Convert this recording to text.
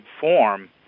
form